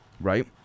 right